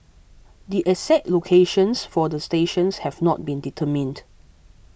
the exact locations for the stations have not been determined